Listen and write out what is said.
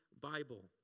Bible